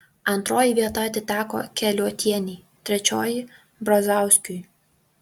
antroji vieta atiteko keliuotienei trečioji brazauskiui